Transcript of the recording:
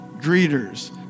greeters